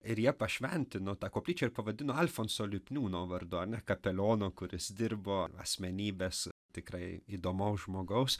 ir jie pašventino tą koplyčią ir pavadino alfonso lipniūno vardu ar ne kapeliono kuris dirbo asmenybės tikrai įdomaus žmogaus